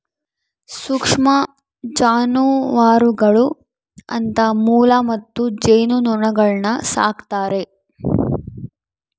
ಸೂಕ್ಷ್ಮ ಜಾನುವಾರುಗಳು ಅಂತ ಮೊಲ ಮತ್ತು ಜೇನುನೊಣಗುಳ್ನ ಸಾಕ್ತಾರೆ